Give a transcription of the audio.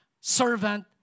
servant